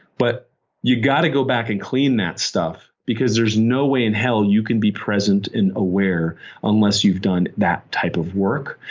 but you got to go back and clean that stuff because there's no way in hell you can be present and aware unless you've done that type of work.